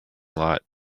lot